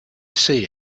see